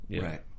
right